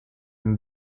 and